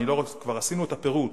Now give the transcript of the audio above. כבר עשינו את הפירוט,